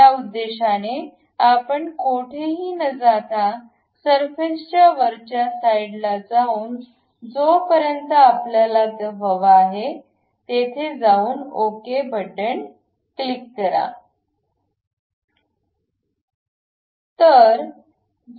त्या उद्देशाने आपण कोठेही न जाता सरफेस च्या वरच्या साईडला जाऊन जोपर्यंत आपल्याला ते हवा आहे तेथे जाऊन ओके क्लिक करा